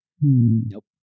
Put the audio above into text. Nope